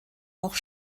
auch